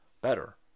better